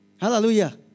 Hallelujah